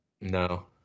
No